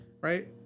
right